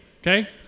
okay